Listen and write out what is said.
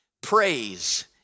praise